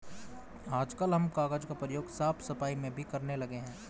आजकल हम कागज का प्रयोग साफ सफाई में भी करने लगे हैं